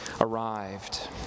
arrived